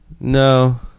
No